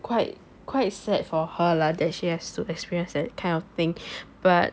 quite quite sad for her lah that she has to experience that kind of thing but